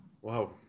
wow